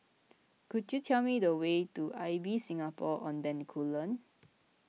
could you tell me the way to Ibis Singapore on Bencoolen